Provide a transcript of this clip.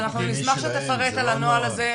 אז אנחנו נשמח שתפרט על הנוהל הזה.